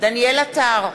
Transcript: דניאל עטר,